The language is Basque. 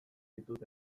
ditut